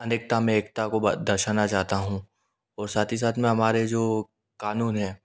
अनेकता में एकता को दर्शाना चाहता हूँ और साथ ही साथ में हमारे जो कानून हैं